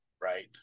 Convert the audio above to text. right